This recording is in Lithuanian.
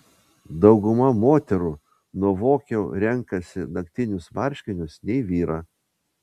dauguma moterų nuovokiau renkasi naktinius marškinius nei vyrą